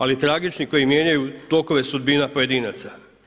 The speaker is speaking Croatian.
Ali tragični koji mijenjaju tokove sudbina pojedinaca.